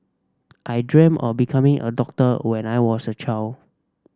I dreamt of becoming a doctor when I was a child